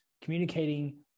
communicating